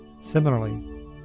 Similarly